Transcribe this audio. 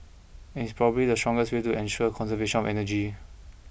and it's probably the strongest way to ensure conservation of energy